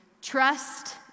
Trust